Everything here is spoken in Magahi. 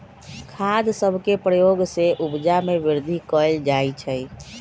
खाद सभके प्रयोग से उपजा में वृद्धि कएल जाइ छइ